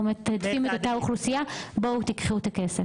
את אותה אוכלוסייה ושיבואו לקבל את הכסף.